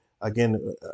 again